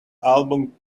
album